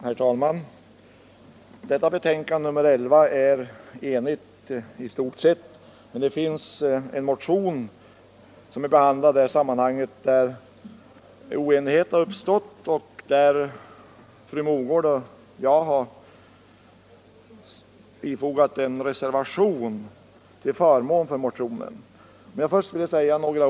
Herr talman! Bakom detta betänkande står i stort sett ett enigt utskott. Men det finns en motion kring vilken oenighet har uppstått. Fru Mogård och jag har bifogat en reservation till förmån för denna motion.